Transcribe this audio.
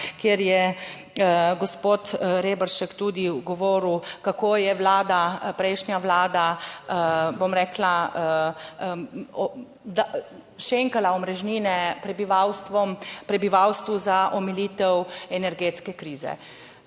kjer je gospod Reberšek tudi govoril, kako je Vlada, prejšnja Vlada, bom rekla, šenkala omrežnine prebivalstvom, prebivalstvu za omilitev energetske krize.